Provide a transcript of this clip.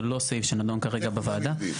זה לא סעיף שנדון כרגע בוועדה.